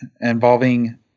involving